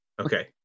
Okay